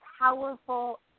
powerful